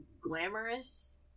glamorous